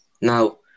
Now